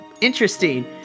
interesting